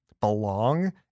belong